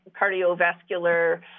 cardiovascular